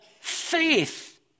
faith